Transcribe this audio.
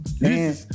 Man